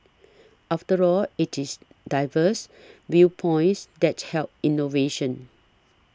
after all it is diverse viewpoints that help innovation